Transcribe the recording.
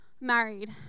married